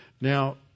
Now